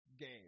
game